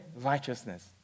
righteousness